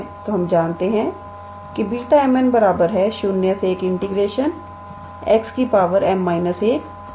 तो हम जानते हैं कि Β 𝑚 𝑛 01 𝑥 𝑚−1 1 − 𝑥 𝑛−1